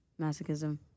masochism